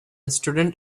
student